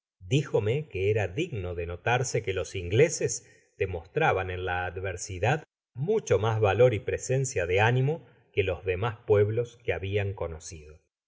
dijome que era digno de notarse que los ingleses demostraban en la adversidad mucho mas valor y presencia de ánimo que los demas pueblos que habian conocido